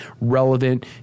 relevant